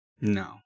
No